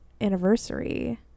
anniversary